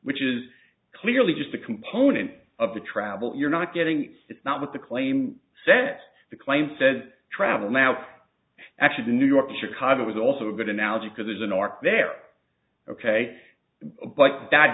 which is clearly just a component of the travel you're not getting it's not what the claim sent the claim said travel now actually to new york chicago is also a good analogy because there's an arc there ok but that